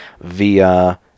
via